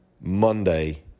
Monday